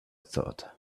thought